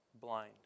blind